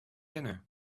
dinner